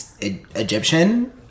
egyptian